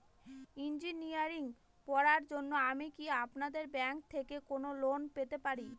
Engineering পড়ার জন্য আমি কি আপনাদের ব্যাঙ্ক থেকে কোন লোন পেতে পারি?